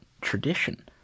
tradition